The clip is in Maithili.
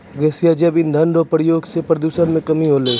गैसीय जैव इंधन रो प्रयोग से प्रदूषण मे कमी होलै